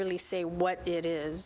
really say what it is